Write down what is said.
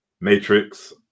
Matrix